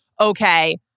okay